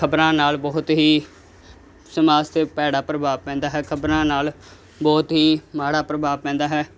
ਲੋਕ ਖਬਰਾਂ ਨਾਲ ਬਹੁਤ ਹੀ ਸਮਾਜ 'ਤੇ ਭੈੜਾ ਪ੍ਰਭਾਵ ਪੈਂਦਾ ਹੈ ਖਬਰਾਂ ਨਾਲ ਬਹੁਤ ਹੀ ਮਾੜਾ ਪ੍ਰਭਾਵ ਪੈਂਦਾ ਹੈ